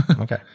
Okay